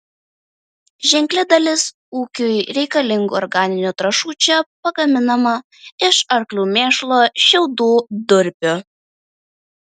ženkli dalis ūkiui reikalingų organinių trąšų čia pagaminama iš arklių mėšlo šiaudų durpių